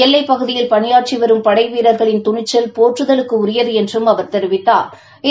எல்லைப்பகுதியில் பணியாற்றி வரும் படை வீரர்களின் துணிச்சல் போற்றதலுக்குரியது என்றம் அவர் தெரிவித்தா்